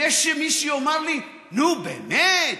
ויש מי שיאמר לי: נו, באמת,